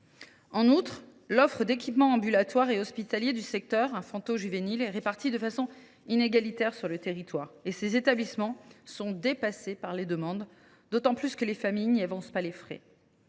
En outre, l’offre d’équipements ambulatoires et hospitaliers du secteur infantojuvénile est répartie de façon inégalitaire sur le territoire. Ces établissements sont dépassés par les demandes, d’autant plus que les familles n’y avancent pas les frais.